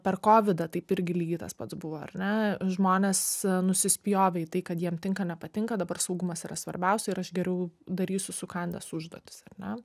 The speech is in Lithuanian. per kovidą taip irgi lygiai tas pats buvo ar ne žmonės nusispjovė į tai kad jiem tinka nepatinka dabar saugumas yra svarbiausia ir aš geriau darysiu sukandęs užduotis ar ne